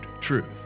truth